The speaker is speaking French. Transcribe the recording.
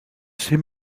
ses